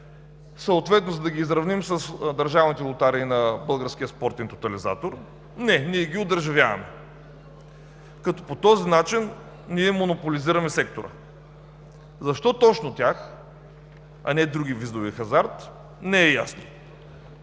лотариите, за да ги изравним съответно с държавните лотарии на Българския спортен тотализатор? Не, ние ги одържавяваме, като по този начин монополизираме сектора. Защо точно тях, а не други видове хазарт не е ясно?!